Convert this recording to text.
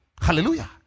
Hallelujah